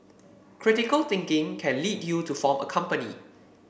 critical thinking can lead you to form a company